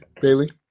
Bailey